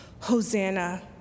Hosanna